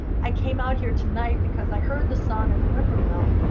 i came out here tonight because i heard the song of the whippoorwill.